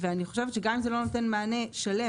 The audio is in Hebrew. ואני חושבת שגם אם זה לא נותן מענה שלם,